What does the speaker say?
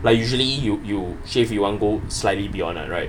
like usually you you shave you want go slightly beyond uh right